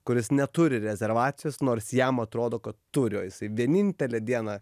kuris neturi rezervacijos nors jam atrodo kad turi o jisai vienintelę dieną